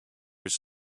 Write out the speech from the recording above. was